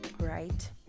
right